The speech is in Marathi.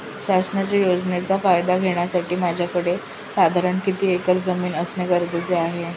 शासनाच्या योजनेचा फायदा घेण्यासाठी माझ्याकडे साधारण किती एकर जमीन असणे गरजेचे आहे?